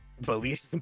believe